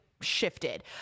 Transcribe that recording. shifted